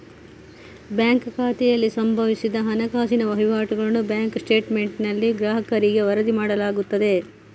bank ಖಾತೆಯಲ್ಲಿ ಸಂಭವಿಸಿದ ಹಣಕಾಸಿನ ವಹಿವಾಟುಗಳನ್ನು ಬ್ಯಾಂಕ್ ಸ್ಟೇಟ್ಮೆಂಟಿನಲ್ಲಿ ಗ್ರಾಹಕರಿಗೆ ವರದಿ ಮಾಡಲಾಗುತ್ತದೆ